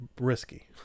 risky